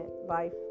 life